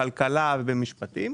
בכלכלה ובמשפטים.